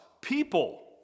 people